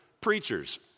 preachers